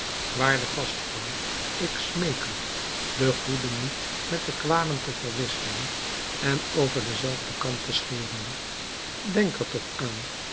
waarde gastvrouw ik smeek u de goeden niet met de kwaden te verwisselen en over den zelfden kam te scheren denk er toch aan